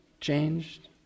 changed